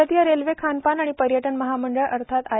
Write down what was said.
भारतीय रेल्वे खानपान आणि पर्यटन महामंडळ अर्थात आय